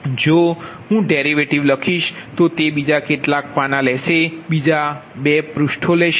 જો હું ડેરિવેટિવ લખીશ તો તે બીજા કેટલાક પાના લેશે બીજા 2 પૃષ્ઠો લેશે